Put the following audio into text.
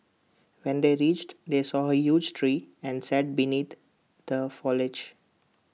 when they reached they saw A huge tree and sat beneath the foliage